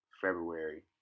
February